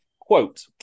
Quote